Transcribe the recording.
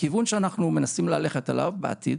הכיוון שאנחנו מנסים ללכת אליו בעתיד